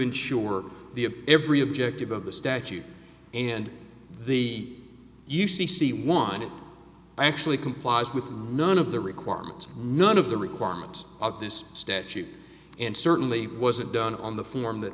ensure the every objective of the statute and the u c c want it actually complies with none of the requirements none of the requirements of this statute and certainly wasn't done on the form that